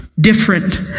different